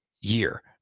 year